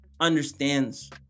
understands